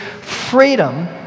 freedom